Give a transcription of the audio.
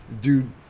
dude